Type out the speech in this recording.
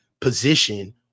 position